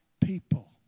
people